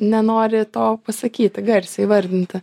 nenori to pasakyti garsiai įvardinti